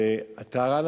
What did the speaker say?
טהרן,